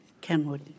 Kenwood